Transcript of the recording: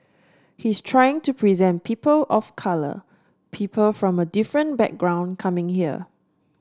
he's trying to present people of colour people from a different background coming here